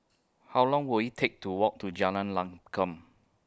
How Long Will IT Take to Walk to Jalan Lankum